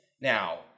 Now